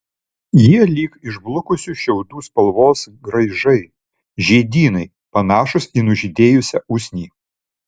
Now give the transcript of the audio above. jie lyg išblukusių šiaudų spalvos graižai žiedynai panašūs į nužydėjusią usnį